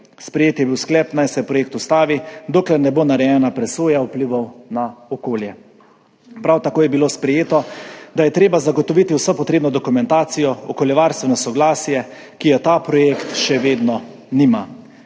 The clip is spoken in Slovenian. Sprejet je bil sklep, naj se projekt ustavi, dokler ne bo narejena presoja vplivov na okolje. Prav tako je bilo sprejeto, da je treba zagotoviti vso potrebno dokumentacijo, okoljevarstveno soglasje, ki ga ta projekt še vedno nima.